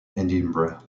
edinburgh